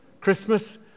Christmas